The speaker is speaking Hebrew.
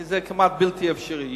כי זה כמעט בלתי אפשרי,